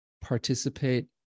participate